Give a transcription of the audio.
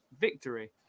victory